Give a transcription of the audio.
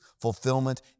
fulfillment